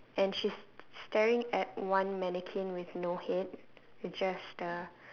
and she's staring at one mannequin with no head it's just the